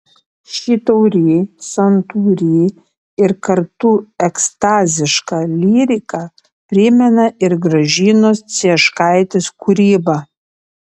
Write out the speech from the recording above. ši tauri santūri ir kartu ekstaziška lyrika primena ir gražinos cieškaitės kūrybą